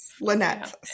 lynette